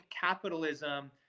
capitalism